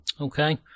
Okay